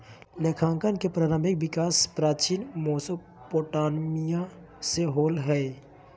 लेखांकन के प्रारंभिक विकास प्राचीन मेसोपोटामिया से होलय हल